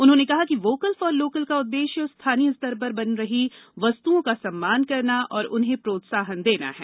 उन्होंने कहा कि वोकल फॉर लोकल का उद्देश्य स्थानीय स्तर पर बन रही वस्तुओं का सम्मान करना और उन्हें प्रोत्साहन देना है